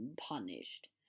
punished